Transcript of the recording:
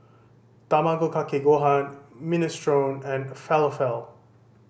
Tamago Kake Gohan Minestrone and Falafel